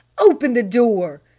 open the door!